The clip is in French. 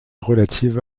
relative